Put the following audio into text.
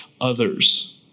others